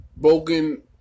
Bogan